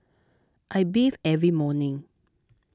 I bathe every morning